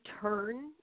turn